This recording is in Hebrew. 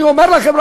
אני אומר לכם,